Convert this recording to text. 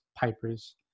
Piper's